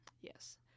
yes